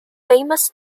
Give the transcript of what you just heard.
famous